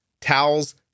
towels